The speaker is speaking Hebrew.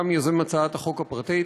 גם יוזם הצעת החוק הפרטית.